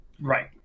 Right